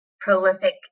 prolific